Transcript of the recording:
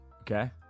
Okay